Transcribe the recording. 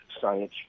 science